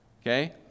Okay